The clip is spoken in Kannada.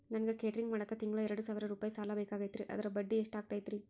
ನನಗ ಕೇಟರಿಂಗ್ ಮಾಡಾಕ್ ತಿಂಗಳಾ ಎರಡು ಸಾವಿರ ರೂಪಾಯಿ ಸಾಲ ಬೇಕಾಗೈತರಿ ಅದರ ಬಡ್ಡಿ ಎಷ್ಟ ಆಗತೈತ್ರಿ?